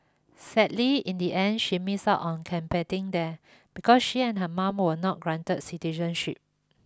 sadly in the end she missed out on competing there because she and her Mom were not granted citizenship